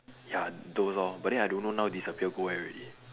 ya those lor but then I don't know now disappear go where already